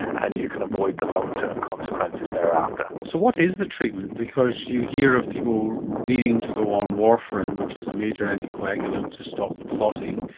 and you can avoid the long-term consequences thereafter. so what is the treatment? because you hear of people needing to go on warfarin, which is a major anticoagulant, to stop the clotting,